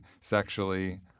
sexually